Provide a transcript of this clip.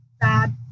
bad